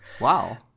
Wow